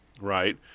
right